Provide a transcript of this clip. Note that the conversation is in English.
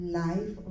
life